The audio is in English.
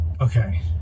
okay